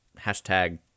hashtag